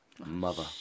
mother